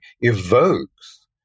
evokes